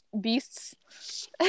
beasts